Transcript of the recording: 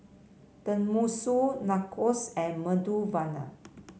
Tenmusu Nachos and Medu Vada